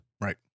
Right